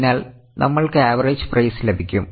അതിനാൽ നമ്മൾക്ക് average price ലഭിക്കും